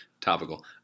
topical